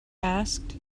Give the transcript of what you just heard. asked